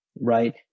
right